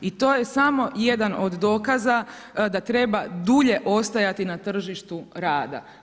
I to je samo jedan od dokaza da treba dulje ostajati na tržištu rada.